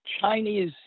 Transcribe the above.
Chinese